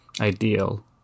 ideal